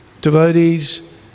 devotees